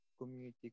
community